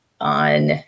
on